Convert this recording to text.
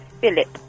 Philip